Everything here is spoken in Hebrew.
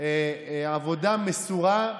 עבודה מסורה.